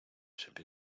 собі